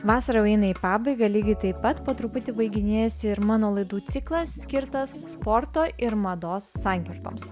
vasara jau eina į pabaigą lygiai taip pat po truputį baiginėjasi ir mano laidų ciklas skirtas sporto ir mados sankirtoms